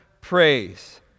praise